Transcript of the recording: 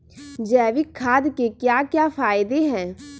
जैविक खाद के क्या क्या फायदे हैं?